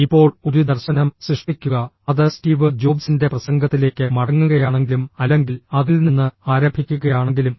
ഇപ്പോൾ ഒരു ദർശനം സൃഷ്ടിക്കുക അത് സ്റ്റീവ് ജോബ്സിന്റെ പ്രസംഗത്തിലേക്ക് മടങ്ങുകയാണെങ്കിലും അല്ലെങ്കിൽ അതിൽ നിന്ന് ആരംഭിക്കുകയാണെങ്കിലും